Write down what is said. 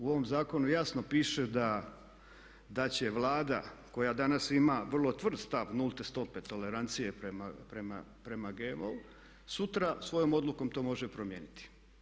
U ovom zakonu jasno piše da će Vlada koja danas ima vrlo tvrd stav nulte stope tolerancije prema GMO-u sutra svojom odlukom to može promijeniti.